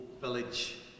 village